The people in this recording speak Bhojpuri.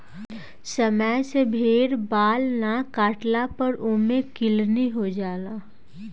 समय से भेड़ बाल ना काटला पर ओमे किलनी हो जाला